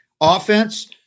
offense